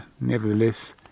nevertheless